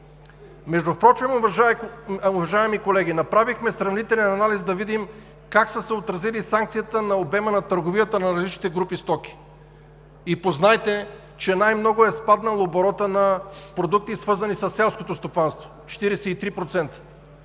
си. Впрочем, уважаеми колеги, направихме сравнителен анализ, за да видим как са се отразили санкциите на обема на търговията на различните групи стоки. И познайте, че най-много е спаднал оборотът на продукти, свързани със селското стопанство – 43%,